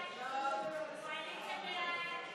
משק המדינה (תיקון מס' 10 והוראת שעה לשנת